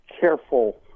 careful